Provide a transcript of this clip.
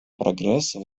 прогресса